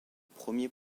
premiers